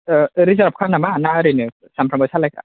reserve खा नामा ना ओरैनो सानफ्रोमबो सालायनाय